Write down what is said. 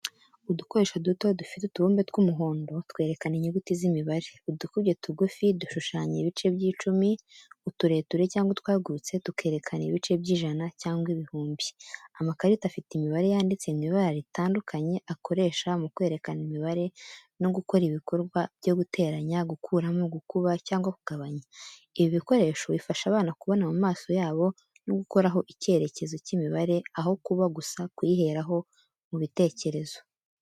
Udukoresho duto dufite utubumbe tw’umuhondo twerekana inyuguti z’imibare. Udukubye tugufi dushushanya ibice by’icumi, utureture cyangwa utwagutse tukerekana ibice by’ijana cyangwa ibihumbi. Amakarita afite imibare yanditse mu ibara ritandukanye akoresha mu kwerekana imibare no gukora ibikorwa byo guteranya, gukuramo, gukuba cyangwa kugabanya. Ibi bikoresho bifasha abana kubona mu maso yabo no gukoraho icyerekezo cy’imibare, aho kuba gusa kuyiheraho mu bitekerezo.